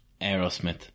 Aerosmith